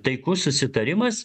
taikus susitarimas